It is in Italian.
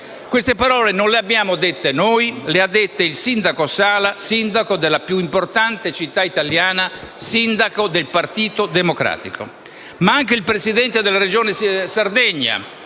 Queste parole non le abbiamo dette noi, ma le ha scritte Sala, sindaco della più importante città italiana, del Partito Democratico. Anche il Presidente della Regione Sardegna,